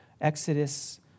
Exodus